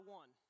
one